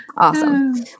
Awesome